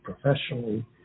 professionally